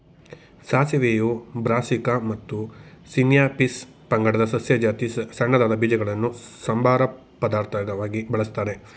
ಸಾಸಿವೆಯು Brassica ಮತ್ತು Sinapis ಪಂಗಡದ ಸಸ್ಯ ಜಾತಿ ಸಣ್ಣದಾದ ಬೀಜಗಳನ್ನು ಸಂಬಾರ ಪದಾರ್ಥವಾಗಿ ಬಳಸ್ತಾರೆ